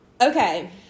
okay